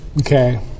Okay